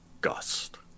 gust